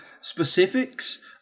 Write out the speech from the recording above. specifics